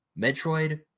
Metroid